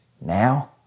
now